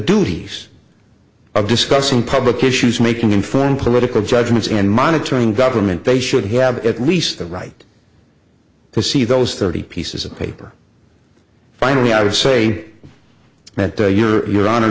duties of discussing publications making informed political judgments and monitoring government they should have at least the right to see those thirty pieces of paper finally i would say that to your your honor